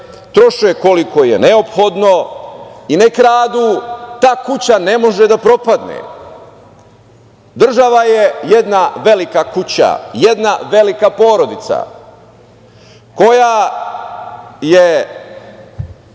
troše koliko je neophodno i ne kradu, ta kuća ne može da propadne. Država je jedna velika kuća, jedna velika porodica koja je